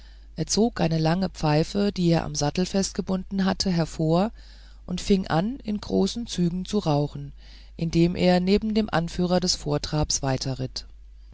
er zog eine lange pfeife die er am sattel festgebunden hatte hervor und fing an in großen zügen zu rauchen indem er neben dem anführer des vortrabs